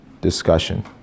Discussion